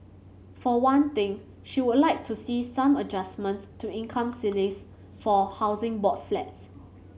for one thing she would like to see some adjustments to income ceilings for Housing Board flats